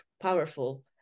powerful